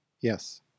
Yes